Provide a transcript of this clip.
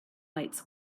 lights